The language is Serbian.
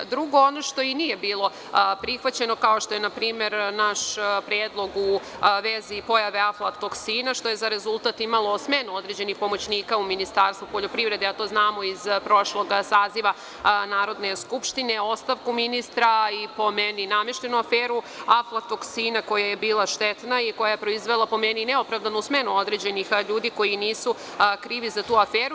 Drugo, ono što nije bilo prihvaćeno, kao što je naš predlog u vezi pojave aflatoksina, što jeza rezultat imalo smenu određenih pomoćnika u Ministarstvu poljoprivrede, a to znamo iz prošlog saziva Narodne skupštine, ostavku ministra i, po meni, nameštenu aferu aflatoksina, koja je bila štetna i koja je proizvela, po meni, neopravdanu smenu određenih ljudi koji nisu krivi za tu aferu.